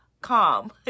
calm